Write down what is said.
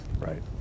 Right